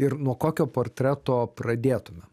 ir nuo kokio portreto pradėtume